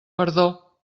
perdó